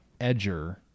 edger